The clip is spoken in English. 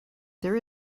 there